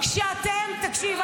--- תקשיב,